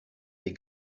des